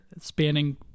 spanning